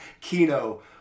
Kino